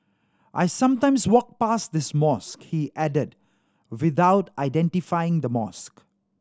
I sometimes walk past this mosque he added without identifying the mosque